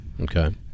okay